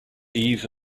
eve